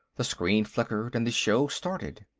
the screen flickered, and the show started.